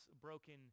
broken